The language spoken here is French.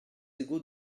égaux